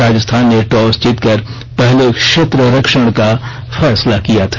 राजस्थान ने टॉस जीतकर पहले क्षेत्र रक्षण का फैसला किया था